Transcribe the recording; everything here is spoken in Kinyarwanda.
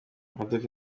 imodoka